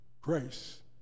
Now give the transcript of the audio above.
grace